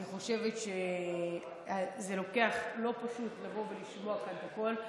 אני חושבת שזה לא פשוט לבוא ולשמוע כאן את הכול,